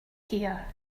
here